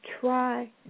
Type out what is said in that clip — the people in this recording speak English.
Try